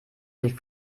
sich